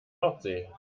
nordsee